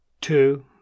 Two